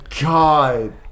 God